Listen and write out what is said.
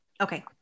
okay